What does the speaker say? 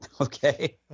Okay